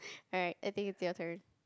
alright I think it's your turn